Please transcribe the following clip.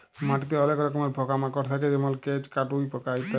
মাটিতে অলেক রকমের পকা মাকড় থাক্যে যেমল কেঁচ, কাটুই পকা